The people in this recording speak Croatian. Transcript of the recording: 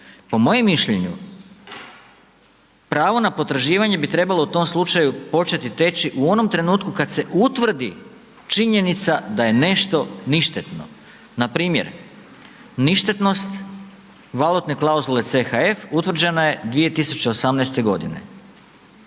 Po mojem mišljenju, pravo na potraživanje bi trebalo u tom slučaju početi teći, u onom trenutku kad se utvrdi činjenica, da je nešto ništetno. Npr. ništetnosti valutne klauzule CHF utvrđena je 2018. g.